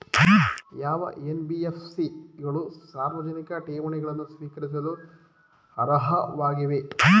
ಯಾವ ಎನ್.ಬಿ.ಎಫ್.ಸಿ ಗಳು ಸಾರ್ವಜನಿಕ ಠೇವಣಿಗಳನ್ನು ಸ್ವೀಕರಿಸಲು ಅರ್ಹವಾಗಿವೆ?